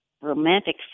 romantic